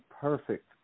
perfect